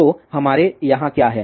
तो हमारे यहाँ क्या है